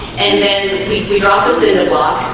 and then we we dropped us in the